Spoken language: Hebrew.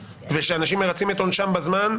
שאנשים מרצים את עונשם בזמן.